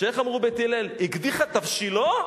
שאיך אמרו בית הלל: הקדיחה תבשילו,